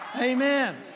Amen